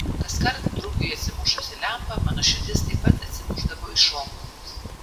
kaskart drugiui atsimušus į lempą mano širdis taip pat atsimušdavo į šonkaulius